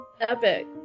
Epic